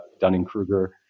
Dunning-Kruger